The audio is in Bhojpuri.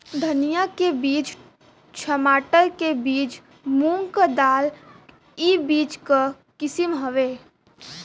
धनिया के बीज, छमाटर के बीज, मूंग क दाल ई बीज क किसिम हउवे